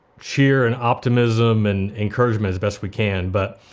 cheer and optimism and encouragement as best we can. but,